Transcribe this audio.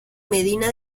medina